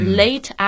late